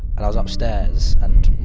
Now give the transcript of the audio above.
and i was upstairs. and,